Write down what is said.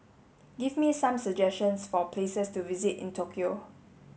give me some suggestions for places to visit in Tokyo